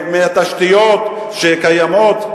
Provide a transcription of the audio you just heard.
מהתשתיות שקיימות?